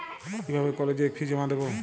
কিভাবে কলেজের ফি জমা দেবো?